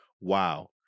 Wow